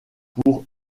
pour